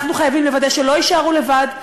אנחנו חייבים לוודא שהם לא יישארו לבד.